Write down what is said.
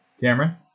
Cameron